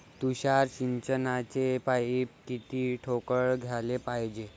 तुषार सिंचनाचे पाइप किती ठोकळ घ्याले पायजे?